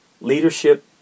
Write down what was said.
Leadership